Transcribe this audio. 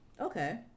Okay